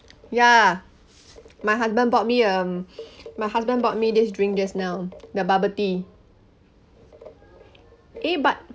ya my husband bought me um my husband bought me this drink just now the bubble tea eh but